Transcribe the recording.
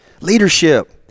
Leadership